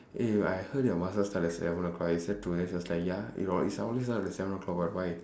eh I heard your madrasah fetch at seven o'clock I said today she was like ya it always start at seven o'clock [what] why